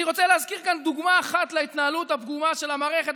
אני רוצה להזכיר כאן דוגמה אחת להתנהלות הפגומה של המערכת,